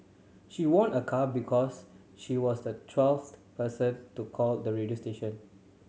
she won a car because she was the twelfth person to call the radio station